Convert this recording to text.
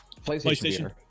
PlayStation